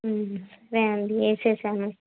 లేండి వేసేసాను